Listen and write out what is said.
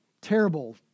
terrible